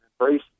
embrace